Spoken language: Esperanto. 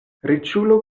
riĉulo